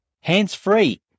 Hands-free